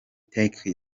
take